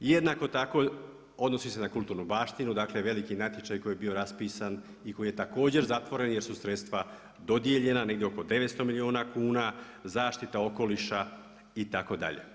Jednako tako odnosi se na kulturnu baštinu, dakle veliki natječaj koji je bio raspisan i koji je također zatvoren jer su sredstva dodijeljena negdje oko 900 milijuna kuna, zaštita okoliša itd.